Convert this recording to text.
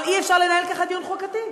אבל אי-אפשר לנהל ככה דיון חוקתי.